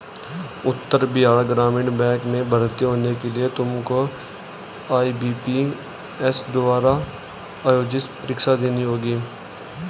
उत्तर Bihar Gramin bank में भर्ती होने के लिए तुमको आई.बी.पी.एस द्वारा आयोजित परीक्षा देनी होगी